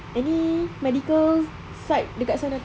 any medical site dekat sana tak